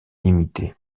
limité